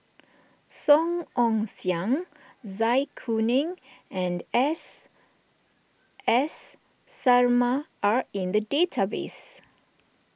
Song Ong Siang Zai Kuning and S S Sarma are in the database